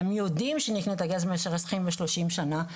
והם יודעים שנקנה את הגז במשך עשרים ושלושים שנה.